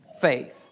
faith